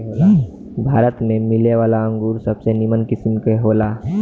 भारत में मिलेवाला अंगूर सबसे निमन किस्म के होला